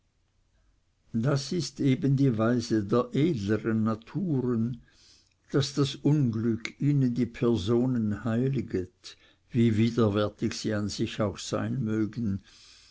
das ist eben die weise der edlern naturen daß das unglück ihnen die personen heiliget wie widerwärtig sie an sich auch sein mögen